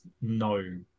no